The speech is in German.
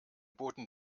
boten